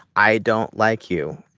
i don't like you.